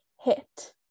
hit